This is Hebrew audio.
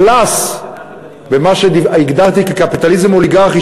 פלוס מה שהגדרתי "קפיטליזם אוליגרכי",